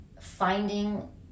finding